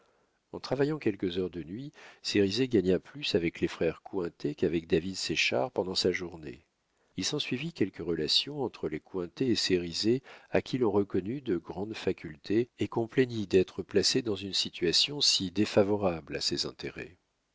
en travaillant quelques heures de nuit cérizet gagna plus avec les frères cointet qu'avec david séchard pendant sa journée il s'ensuivit quelques relations entre les cointet et cérizet à qui l'on reconnut de grandes facultés et qu'on plaignit d'être placé dans une situation si défavorable à ses intérêts